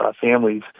families